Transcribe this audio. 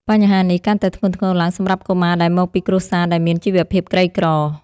បញ្ហានេះកាន់តែធ្ងន់ធ្ងរឡើងសម្រាប់កុមារដែលមកពីគ្រួសារដែលមានជីវភាពក្រីក្រ។